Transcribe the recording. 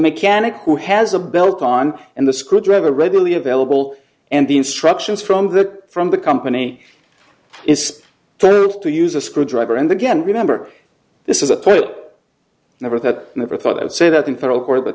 mechanic who has a belt on and the screwdriver readily available and the instructions from that from the company is third to use a screwdriver and again remember this is a total number that never thought i'd say that in federal court but